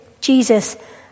Jesus